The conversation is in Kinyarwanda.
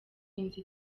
inzu